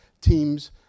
teams